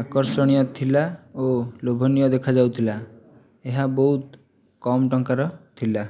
ଆକର୍ଷଣୀୟ ଥିଲା ଓ ଲୋଭନୀୟ ଦେଖାଯାଉଥିଲା ଏହା ବହୁତ କମ ଟଙ୍କାର ଥିଲା